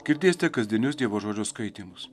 girdėsite kasdienius dievo žodžio skaitymus